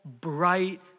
bright